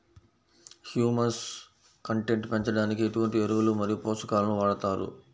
Humus content పెంచడానికి ఎటువంటి ఎరువులు మరియు పోషకాలను వాడతారు?